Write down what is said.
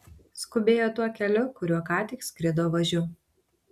skubėjo tuo keliu kuriuo ką tik skrido važiu